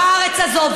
בארץ הזאת.